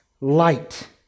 light